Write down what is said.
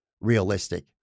realistic